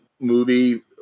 movie